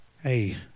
Hey